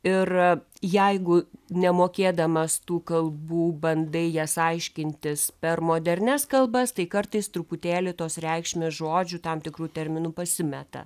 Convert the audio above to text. ir jeigu nemokėdamas tų kalbų bandai jas aiškintis per modernias kalbas tai kartais truputėlį tos reikšmės žodžių tam tikrų terminų pasimeta